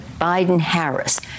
Biden-Harris